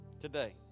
today